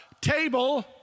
Table